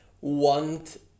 want